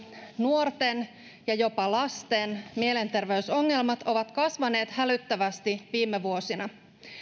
nuorten ja jopa lasten mielenterveysongelmat ovat kasvaneet hälyttävästi viime vuosina